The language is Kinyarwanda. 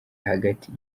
hagati